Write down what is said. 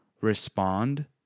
respond